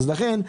לכן,